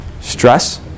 Stress